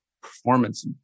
performance